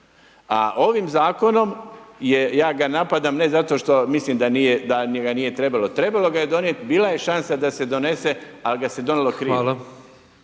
A ovim zakonom je, ja ga napadam, ne zato što mislim da nije, da ga nije trebalo, trebalo ga je donijeti, bila je šansa da se donese ali ga se je donijelo krivo.